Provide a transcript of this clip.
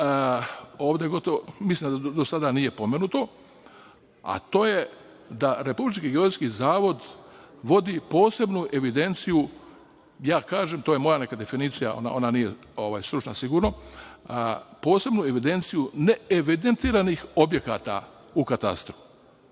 nešto što mislim da ovde do sada nije pomenuto, a to je da Republički geodetski zavod vodi posebnu evidenciju. Ja kažem, to je moja neka definicija, ona nije stručna sigurno, posebnu evidenciju neevidentiranih objekata u katastru.